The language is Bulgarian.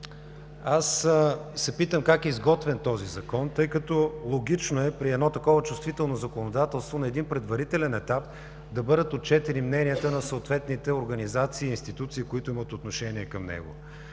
аз се питам как е изготвен този Закон, тъй като логично е при такова чувствително законодателство на един предварителен етап да бъдат отчетени мненията на съответните организации и институции, които имат отношение към него.